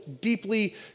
deeply